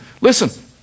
Listen